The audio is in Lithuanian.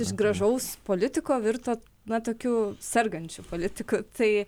iš gražaus politiko virto na tokiu sergančiu politiku tai